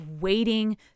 waiting